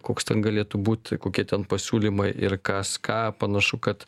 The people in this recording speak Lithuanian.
koks ten galėtų būti kokie ten pasiūlymai ir kas ką panašu kad